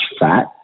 fat